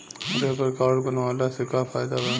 Labour card बनवाला से का फायदा बा?